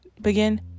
begin